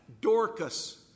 Dorcas